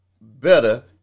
better